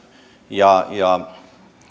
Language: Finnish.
ja